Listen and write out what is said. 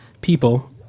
people